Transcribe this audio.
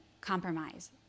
compromise